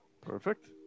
Perfect